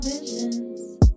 visions